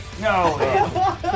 No